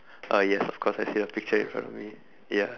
uh yes of course I see a picture in front of me yeah